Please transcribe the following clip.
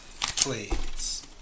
please